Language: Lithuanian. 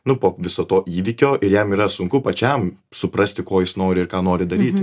nu po viso to įvykio ir jam yra sunku pačiam suprasti ko jis nori ir ką nori daryti